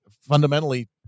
fundamentally